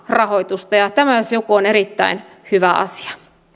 rahoitusta tämä jos joku on erittäin hyvä asia